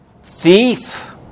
thief